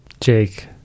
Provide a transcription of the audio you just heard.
Jake